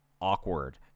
awkward